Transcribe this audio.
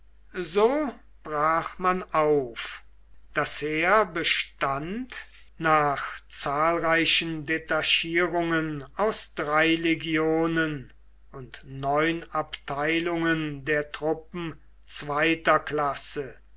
so brach man auf das heer bestand nach zahlreichen detachierungen aus drei legionen und neun abteilungen der truppen zweiter klasse